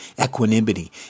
equanimity